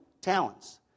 talents